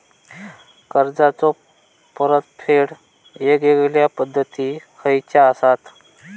कर्जाचो परतफेड येगयेगल्या पद्धती खयच्या असात?